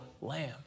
lamb